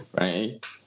right